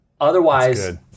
Otherwise